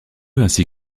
ainsi